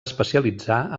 especialitzar